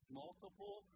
multiple